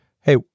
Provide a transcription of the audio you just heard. Hey